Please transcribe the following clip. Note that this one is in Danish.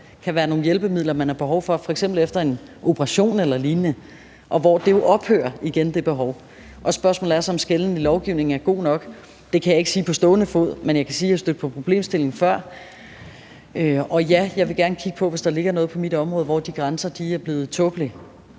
kan være nogle hjælpemidler, man har behov for, f.eks. efter en operation eller lignende, hvor det behov ophører igen. Spørgsmålet er så, om den skelnen i lovgivningen er god nok. Det kan jeg ikke sige på stående fod, men jeg kan sige, at jeg er stødt på problemstillingen før, og ja, jeg vil gerne kigge på det, hvis der ligger noget på mit område, hvor de grænser er blevet tåbelige.